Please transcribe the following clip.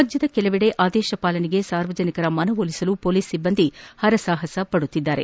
ರಾಜ್ಯದ ಕೆಲವೆಡೆ ಆದೇಶ ಪಾಲನೆಗೆ ಸಾರ್ವಜನಿಕರ ಮನವೊಲಿಸಲು ಮೊಲೀಸ್ ಸಿಬ್ಲಂದಿ ಪರಸಾಪಸ ಪಡುತ್ತಿದ್ದಾರೆ